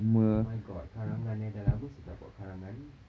oh my god karangan eh dah lama seh tak buat karangan